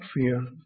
fear